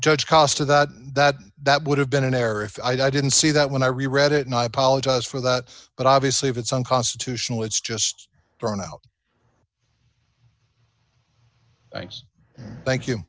judge cost of that that that would have been an error if i didn't see that when i read it and i apologize for that but obviously if it's unconstitutional it's just thrown out thanks thank you